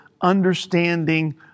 understanding